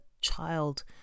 child